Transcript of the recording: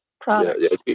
products